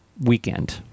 weekend